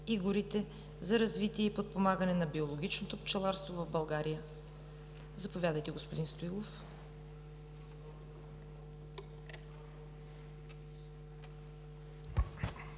горите за развитие и подпомагане на биологичното пчеларство в България. Заповядайте, господин Стоилов.